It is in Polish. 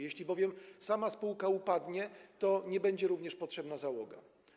Jeśli bowiem sama spółka upadnie, to nie będzie również potrzebna załoga.